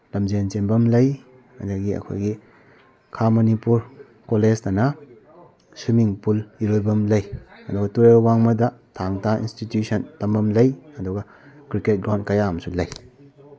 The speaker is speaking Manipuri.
ꯂꯝꯖꯦꯟ ꯆꯦꯟꯐꯝ ꯂꯩ ꯑꯗꯒꯤ ꯑꯩꯈꯣꯏꯒꯤ ꯈꯥ ꯃꯅꯤꯄꯨꯔ ꯀꯣꯂꯦꯖꯇꯅ ꯁ꯭ꯋꯤꯃꯤꯡ ꯄꯨꯜ ꯏꯔꯣꯏꯐꯝ ꯂꯩ ꯑꯗꯨꯒ ꯇꯨꯔꯦꯜ ꯋꯥꯡꯃꯗ ꯊꯥꯡ ꯇꯥ ꯏꯟꯁꯇꯤꯇ꯭ꯌꯨꯁꯟ ꯇꯝꯐꯝ ꯂꯩ ꯑꯗꯨꯒ ꯀ꯭ꯔꯤꯛꯀꯦꯠ ꯒ꯭ꯔꯥꯎꯟ ꯀꯌꯥ ꯑꯃꯁꯨ ꯂꯩ